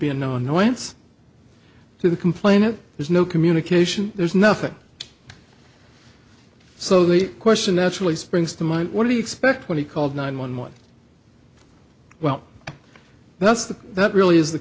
being no annoyance to the complainant there's no communication there's nothing so the question naturally springs to mind what do you expect when he called nine one one well that's the that really is the